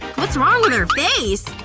what's wrong with her face?